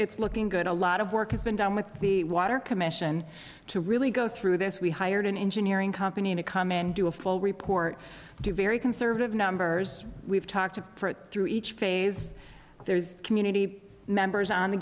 it's looking good a lot of work has been done with the water commission to really go through this we hired an engineering company to come in and do a full report to very conservative numbers we've talked to for it through each phase there's community members